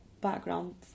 background